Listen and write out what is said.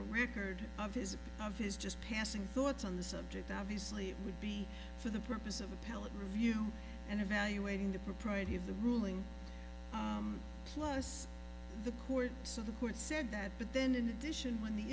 a record of his of his just passing thoughts on the subject obviously it would be for the purpose of appellate review and evaluating the propriety of the ruling plus the court so the court said that but then in addition when the